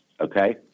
okay